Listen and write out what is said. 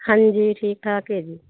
ਹਾਂਜੀ ਠੀਕ ਠਾਕ ਹੈ ਜੀ